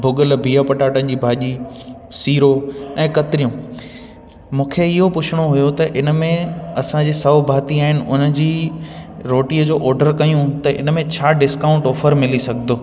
भुॻल बिह पटाटनि जी भाॼी सीरो ऐं कतिरियूं मूंखे इहो पुछिणो हुयो त इन में असांजे सौ भाती आहिनि उन जी रोटीअ जो ऑडरु कयूं त इन में छा डिस्काउंट ऑफर मिली सघंदो